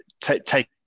take